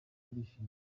turishimye